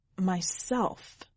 Myself